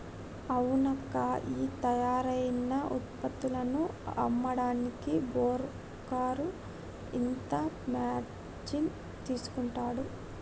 అవునక్కా ఈ తయారైన ఉత్పత్తులను అమ్మడానికి బోకరు ఇంత మార్జిన్ తీసుకుంటాడు